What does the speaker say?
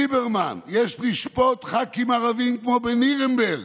ליברמן: "יש לשפוט ח"כים ערבים כמו בנירנברג".